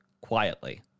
quietly